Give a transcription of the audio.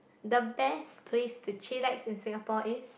the best place to chillax in Singapore is